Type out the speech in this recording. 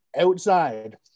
outside